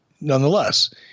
nonetheless